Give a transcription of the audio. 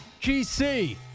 GC